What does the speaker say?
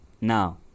Now